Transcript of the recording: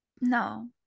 No